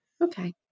Okay